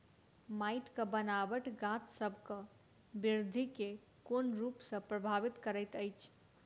माइटक बनाबट गाछसबक बिरधि केँ कोन रूप सँ परभाबित करइत अछि?